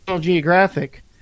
Geographic